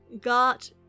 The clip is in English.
Got